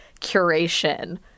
curation